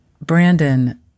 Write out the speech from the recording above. Brandon